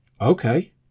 Okay